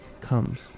comes